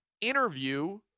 interview